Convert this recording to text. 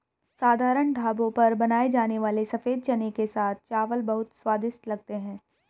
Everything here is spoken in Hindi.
साधारण ढाबों पर बनाए जाने वाले सफेद चने के साथ चावल बहुत ही स्वादिष्ट लगते हैं